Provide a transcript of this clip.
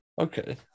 Okay